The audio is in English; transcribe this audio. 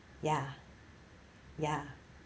ya ya